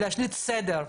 להשליט סדר,